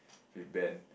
with Ben